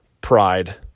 pride